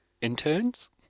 Interns